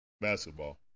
basketball